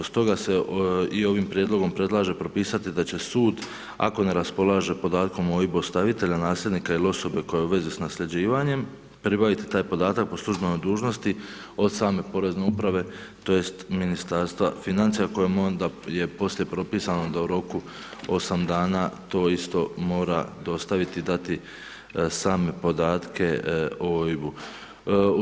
Stoga se i ovim prijedlogom predlaže propisati da će sud ako ne raspolaže podatkom OIB ostavitelja, nasljednika ili osobe koja u vezi sa nasljeđivanjem, pribaviti taj podatak po službenoj dužnosti do same porezne uprave tj. Ministarstva financija kojemu je onda poslije propisano da u roku 8 dana to isto mora dostaviti i dati same podatke o OIB-u.